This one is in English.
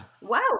wow